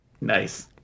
Nice